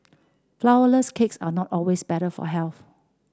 flourless cakes are not always better for health